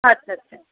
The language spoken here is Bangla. আচ্ছা আচ্ছা